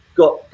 got